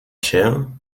się